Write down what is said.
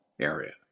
area